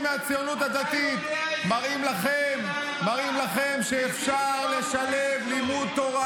מהציונות הדתית מראים לכם שאפשר לשלב לימוד תורה